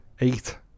Eight